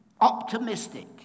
optimistic